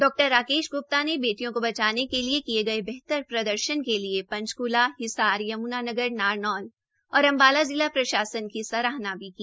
डॉ राकेश ग्प्ता ने बेटियों को बचाने के लिए किए गए बेहतर प्रदर्शन के लिए पंचकूला हिसार यम्नानगरनारनौल और अंबाला जिला प्रशासन की सराहना भी की